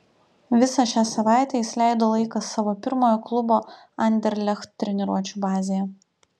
visą šią savaitę jis leido laiką savo pirmojo klubo anderlecht treniruočių bazėje